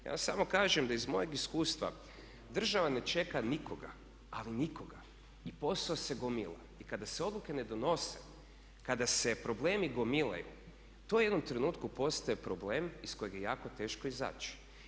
Ja vam samo kažem da iz mojeg iskustva, država ne čeka nikoga, ali nikoga i posao se gomila i kada se odluke ne donose, kada se problemi gomilaju to u jednom trenutku postaje problem iz kojeg je jako teško izaći.